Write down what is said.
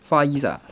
far east ah